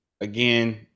again